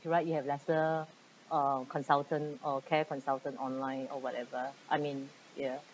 right you have lesser uh consultant or care consultant online or whatever I mean ya